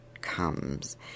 comes